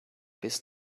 bis